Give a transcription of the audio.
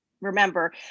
remember